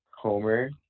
Homer